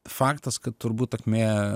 faktas kad turbūt akmė